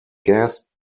gas